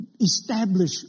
establish